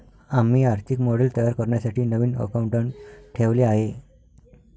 आम्ही आर्थिक मॉडेल तयार करण्यासाठी नवीन अकाउंटंट ठेवले आहे